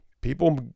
People